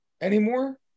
anymore